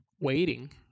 waiting